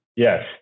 Yes